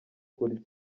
kurya